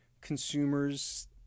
consumers